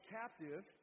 captive